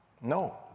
No